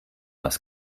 was